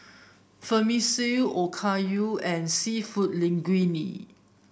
Vermicelli Okayu and seafood Linguine